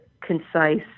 concise